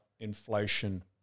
Inflation